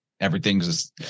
Everything's